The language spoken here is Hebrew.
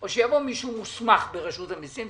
או שיבוא מישהו מוסמך ברשות המסים,